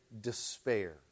despair